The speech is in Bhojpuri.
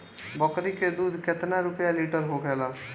बकड़ी के दूध केतना रुपया लीटर होखेला?